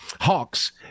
Hawks